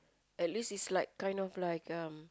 at least it's like kind of like um